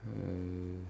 uh